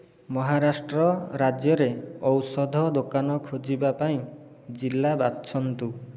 ମହାରାଷ୍ଟ୍ର ରାଜ୍ୟରେ ଔଷଧ ଦୋକାନ ଖୋଜିବା ପାଇଁ ଜିଲ୍ଲା ବାଛନ୍ତୁ